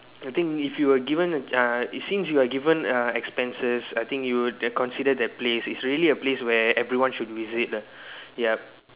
I think if you were given uh since you're given uh expenses I think you would consider that place is really a place where everyone should visit uh ya